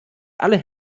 alle